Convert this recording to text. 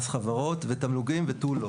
מס חברות ותמלוגים ותו לא.